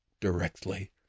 directly